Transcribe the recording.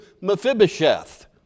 Mephibosheth